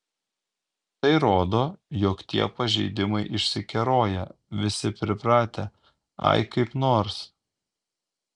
tai rodo jog tie pažeidimai išsikeroję visi pripratę ai kaip nors